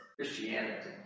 Christianity